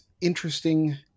interesting